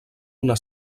una